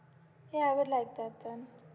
ya I would like that [one]